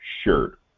shirt